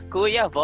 Kuya